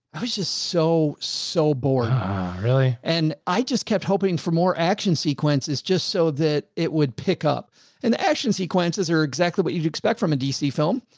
i was just so, so bored and i just kept hoping for more action sequences, just so that. it would pick up and action sequences are exactly what you'd expect from a dc film.